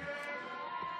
של חברי הכנסת שלמה קרעי,